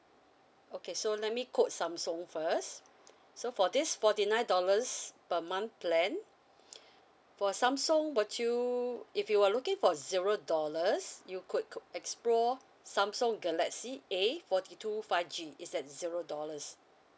okay so let me quote samsung first so for this forty nine dollars per month plan for samsung would you if you are looking for zero dollars you could co~ explore samsung galaxy a forty two five G is at zero dollars